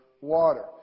water